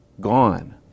gone